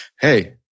Hey